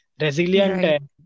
resilient